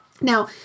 Now